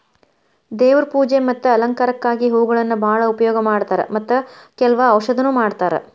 ದೇವ್ರ ಪೂಜೆ ಮತ್ತ ಅಲಂಕಾರಕ್ಕಾಗಿ ಹೂಗಳನ್ನಾ ಬಾಳ ಉಪಯೋಗ ಮಾಡತಾರ ಮತ್ತ ಕೆಲ್ವ ಔಷಧನು ಮಾಡತಾರ